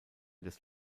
des